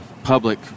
public